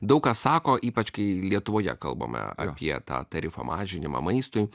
daug kas sako ypač kai lietuvoje kalbame apie tą tarifo mažinimą maistui